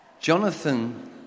Jonathan